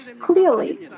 clearly